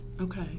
Okay